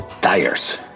tires